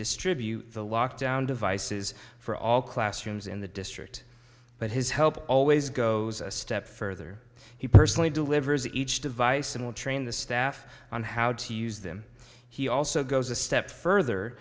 distribute the lockdown devices for all classrooms in the district but his help always goes a step further he personally delivers each device and will train the staff on how to use them he also goes a step further